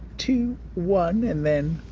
two, one, and then.